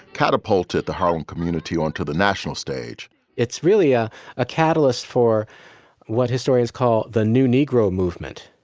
catapulted the harlem community onto the national stage it's really a ah catalyst for what historians call the new negro movement.